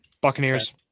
Buccaneers